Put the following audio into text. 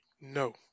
no